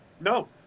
No